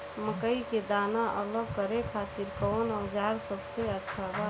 मकई के दाना अलग करे खातिर कौन औज़ार सबसे अच्छा बा?